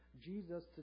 Jesus